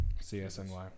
CSNY